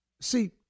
See